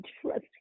trust